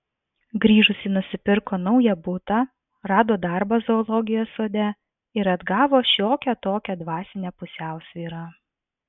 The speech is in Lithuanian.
grįžusi nusipirko naują butą rado darbą zoologijos sode ir atgavo šiokią tokią dvasinę pusiausvyrą